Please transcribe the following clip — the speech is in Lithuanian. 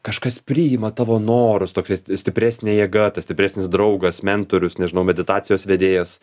kažkas priima tavo norus tokia stipresnė jėga tas stipresnis draugas mentorius nežinau meditacijos vedėjas